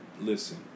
Listen